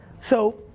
so,